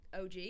OG